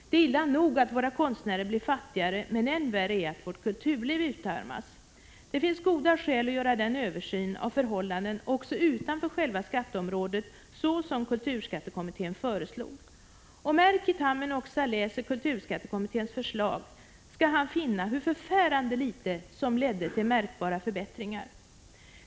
Det är illa nog att våra konstnärer blir fattigare, men än värre är att vårt kulturliv utarmas. Det finns goda skäl att göra en översyn av förhållanden också utanför själva skatteområdet, så som kulturskattekommittén föreslog. Om Erkki Tammenoksa läser kulturskattekommitténs förslag, skall han finna hur förfärande litet som ledde till märkbara förbättringar.